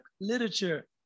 literature